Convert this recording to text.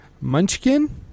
munchkin